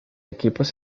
equipos